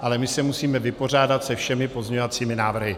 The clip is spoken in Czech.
Ale my se musíme vypořádat se všemi pozměňovacími návrhy.